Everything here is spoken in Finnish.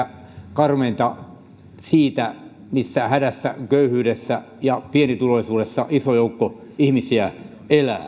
karmeinta kieltä siitä missä hädässä köyhyydessä ja pienituloisuudessa iso joukko ihmisiä